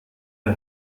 der